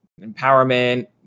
empowerment